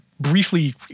briefly